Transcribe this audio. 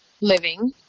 living